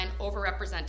overrepresented